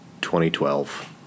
2012